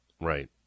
Right